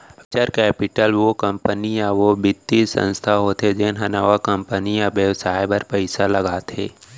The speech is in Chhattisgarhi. वेंचर कैपिटल ओ कंपनी या ओ बित्तीय संस्था होथे जेन ह नवा कंपनी या बेवसाय बर पइसा लगाथे